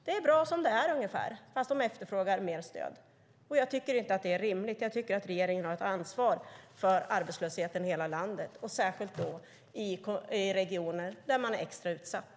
Det är bra som det är, ungefär, fast man efterfrågar mer stöd. Jag tycker inte att det är rimligt. Jag tycker att regeringen har ett ansvar för arbetslösheten i hela landet och särskilt i regioner där man är extra utsatt.